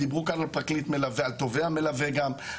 דיברו כאן על פרקליט מלווה, על תובע מלווה גם.